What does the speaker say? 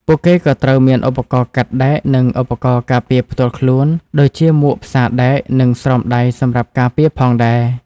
ពួកគេក៏ត្រូវមាន ឧបករណ៍កាត់ដែក និង ឧបករណ៍ការពារផ្ទាល់ខ្លួន ដូចជាមួកពាក់ផ្សារដែកនិងស្រោមដៃសម្រាប់ការពារផងដែរ។